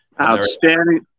outstanding